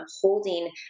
holding